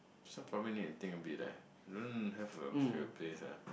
this one probably need to think a bit leh I don't have a favourite place ah